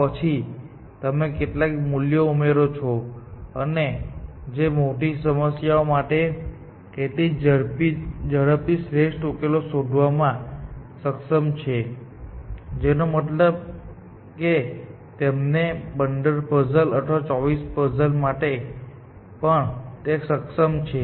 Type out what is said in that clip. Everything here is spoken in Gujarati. પછી તમે કેટલાક મૂલ્યો ઉમેરો છો અને જે મોટી સમસ્યાઓ માટે એટલી ઝડપથી શ્રેષ્ઠ ઉકેલ શોધવામાં સક્ષમ છે જેનો મતલબ કે તમને 15 પઝલ અને 24 પઝલ માટે પણ તે સક્ષમ છે